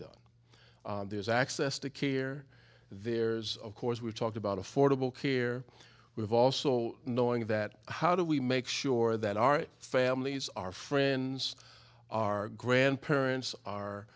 done there's access to care there's of course we've talked about affordable care we've also knowing that how do we make sure that our families our friends our grandparents